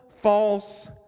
false